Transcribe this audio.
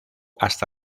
hasta